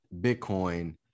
Bitcoin